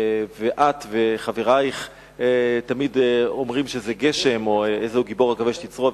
ואת וחברייך תמיד אומרים שזה גשם או איזהו גיבור הכובש את יצרו,